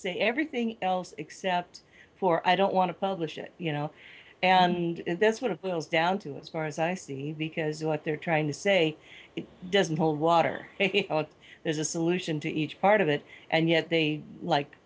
say everything else except for i don't want to publish it you know and that's what it was down to as far as i see because what they're trying to say it doesn't hold water there's a solution to each part of it and yet they like